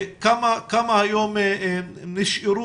כמה היום נשארו